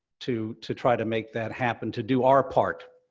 to to try to make that happen, to do our part,